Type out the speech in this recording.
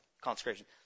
consecration